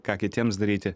ką kitiems daryti